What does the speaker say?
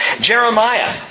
Jeremiah